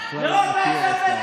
נראה אותה,